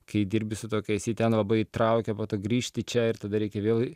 kai dirbi su tokiais jį ten labai traukia po to grįžti čia ir tada reikia vėl